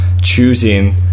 choosing